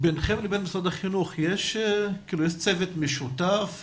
לכם ומשרד החינוך יש צוות משותף?